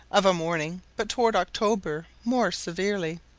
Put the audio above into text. of a morning, but towards october more severely.